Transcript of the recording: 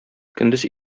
көндез